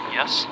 Yes